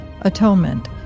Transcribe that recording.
Atonement